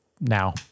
now